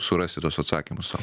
surasti tuos atsakymus sau